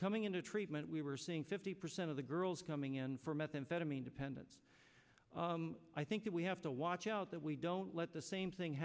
coming into treatment we were seeing fifty percent of the girls coming in for methamphetamine dependence i think that we have to watch out that we don't let the same thing